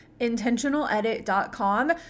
intentionaledit.com